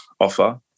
offer